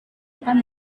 akan